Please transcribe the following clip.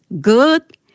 good